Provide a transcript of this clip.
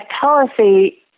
policy